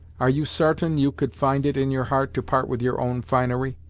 are you sartain you could find it in your heart to part with your own finery?